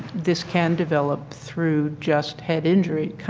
this can develop through just head injury,